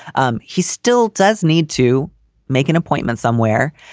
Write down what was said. um he still does need to make an appointment somewhere.